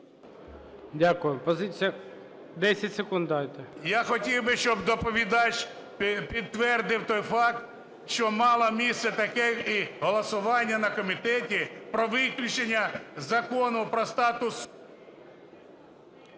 Дякую. Позиція… 10 секунд дайте. НІМЧЕНКО В.І. Я хотів би, щоб доповідач підтвердив той факт, що мало місце таке голосування на комітеті про виключення Закону про статус…